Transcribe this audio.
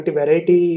variety